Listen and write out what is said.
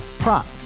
Prop